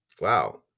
wow